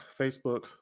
Facebook